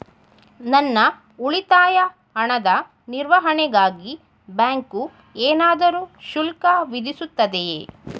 ನನ್ನ ಉಳಿತಾಯ ಹಣದ ನಿರ್ವಹಣೆಗಾಗಿ ಬ್ಯಾಂಕು ಏನಾದರೂ ಶುಲ್ಕ ವಿಧಿಸುತ್ತದೆಯೇ?